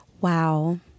Wow